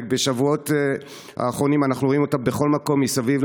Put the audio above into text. בשבועות האחרונים אנחנו רואים אותם בכל מקום מסביב,